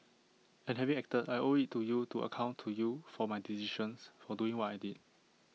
and having acted I owe IT to you to account to you for my decisions for doing what I did